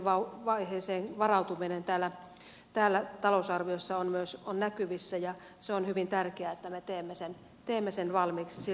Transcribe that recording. ensimmäiseen vaiheeseen varautuminen täällä talousarviossa on myös näkyvissä ja on hyvin tärkeää että me teemme sen valmiiksi siltä osin